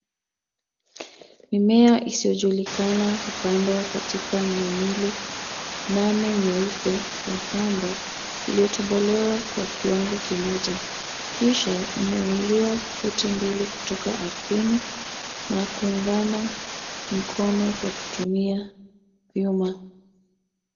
Mimea isiyojulikana , hupandwa katika mimwili nane nyeupe ya pamba , iliyotobolewa kwa kiwango kimoja. Kisha, imeinuliwa futi mbili kutoka ardhini na kuungana mkono kwa kutumia vyuma.